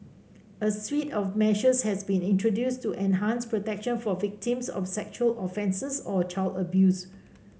a suite of measures has also been introduced to enhance protection for victims of sexual offences or child abuse